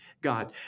God